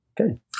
Okay